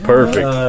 Perfect